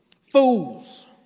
Fools